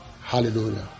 Hallelujah